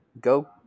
Go